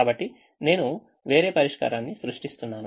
కాబట్టి నేను వేరే పరిష్కారాన్ని సృష్టిస్తున్నాను